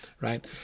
right